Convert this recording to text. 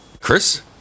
Chris